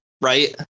right